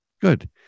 Good